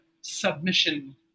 submission